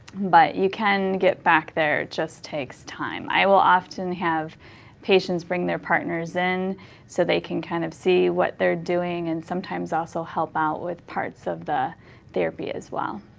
but you can get back there, it just takes time. i will often have patients bring their partners in so they can kind of see what they're doing and sometimes also help out with parts of the therapy as well.